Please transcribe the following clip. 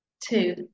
Two